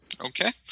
Okay